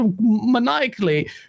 maniacally